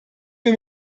wir